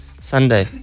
Sunday